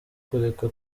kureka